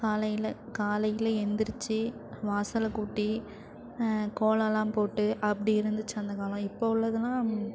காலையில் காலையில் எந்துருச்சு வாசலைக்கூட்டி கோலமெல்லாம் போட்டு அப்படி இருந்துச்சு அந்தக்காலம் இப்போ உள்ளதெலாம்